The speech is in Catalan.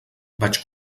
vaig